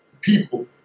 people